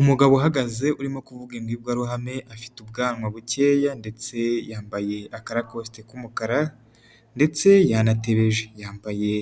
Umugabo uhagaze urimo kuvuga imbwirwaruhame afite ubwanwa bukeya ndetse yambaye akarabosite k'umukara ndetse yanatebeje, yambaye